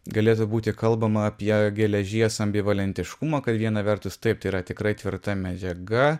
galėtų būti kalbama apie geležies ambivalentiškumą kad viena vertus taip yra tikrai tvirta medžiaga